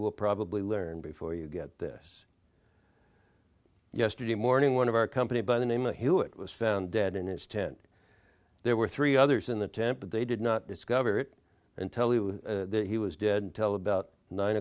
will probably learn before you get this yesterday morning one of our company by the name of hewitt was found dead in his tent there were three others in the temple they did not discover it until he was dead tell about nine